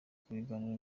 kiganiro